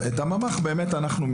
את הממ"ח אנחנו באמת מסיעים,